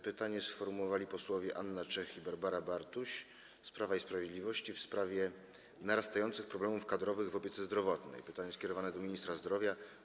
Pytanie sformułowały panie poseł Anna Czech i Barbara Bartuś z Prawa i Sprawiedliwości, w sprawie narastających problemów kadrowych w opiece zdrowotnej - pytanie skierowane do ministra zdrowia.